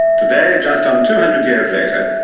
today, just on two hundred years later,